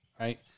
right